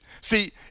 See